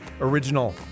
original